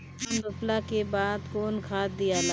धान रोपला के बाद कौन खाद दियाला?